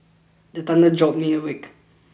the thunder jolt me awake